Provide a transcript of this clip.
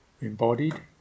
embodied